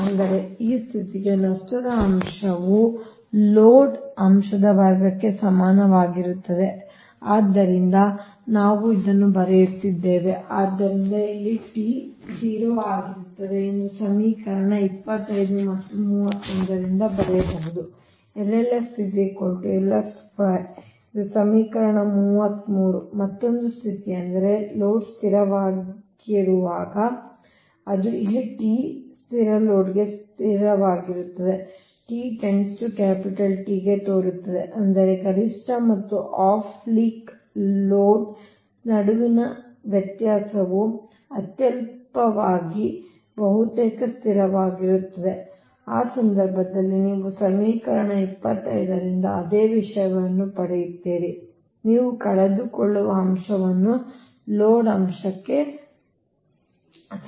ಅಂದರೆ ಈ ಸ್ಥಿತಿಗೆ ನಷ್ಟದ ಅಂಶವು ಲೋಡ್ ಅಂಶದ ವರ್ಗಕ್ಕೆ ಸಮನಾಗಿರುತ್ತದೆ ಆದ್ದರಿಂದ ನಾವು ಇದನ್ನು ಬರೆಯುತ್ತಿದ್ದೇವೆ ಆದ್ದರಿಂದ ಇಲ್ಲಿ t 0 ಆಗಿರುತ್ತದೆ ಎಂದು ಸಮೀಕರಣ 25 ಮತ್ತು 31 ರಿಂದ ಬರೆಯಬಹುದು ಇದು ಸಮೀಕರಣ 33 ಮತ್ತೊಂದು ಸ್ಥಿತಿಯೆಂದರೆ ಲೋಡ್ ಸ್ಥಿರವಾಗಿರುವಾಗ ಅದು ಇಲ್ಲಿ t ಸ್ಥಿರ ಲೋಡ್ ಸ್ಥಿರವಾಗಿರುತ್ತದೆ t →T ಗೆ ತೋರುತ್ತದೆ ಅಂದರೆ ಗರಿಷ್ಠ ಮತ್ತು ಆಫ್ ಲೀಕ್ ಲೋಡ್ ನಡುವಿನ ವ್ಯತ್ಯಾಸವು ಅತ್ಯಲ್ಪವಾಗಿ ಬಹುತೇಕ ಸ್ಥಿರವಾಗಿರುತ್ತದೆ ಆ ಸಂದರ್ಭದಲ್ಲಿ ನೀವು ಸಮೀಕರಣ 25 ದಿಂದ ಅದೇ ವಿಷಯವನ್ನು ಪಡೆಯುತ್ತೀರಿ ನೀವು ಕಳೆದುಕೊಳ್ಳುವ ಅಂಶವನ್ನು ಲೋಡ್ ಅಂಶಕ್ಕೆ ಸಮನಾಗಿರುತ್ತದೆ